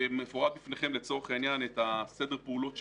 מפורט בפניכם סדר הפעולות שבוצע.